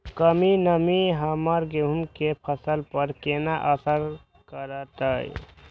कम नमी हमर गेहूँ के फसल पर केना असर करतय?